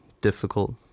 difficult